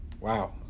Wow